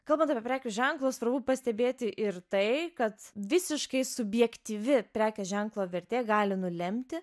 kalbant apie prekių ženklus svarbu pastebėti ir tai kad visiškai subjektyvi prekės ženklo vertė gali nulemti